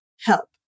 help